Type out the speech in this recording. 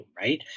right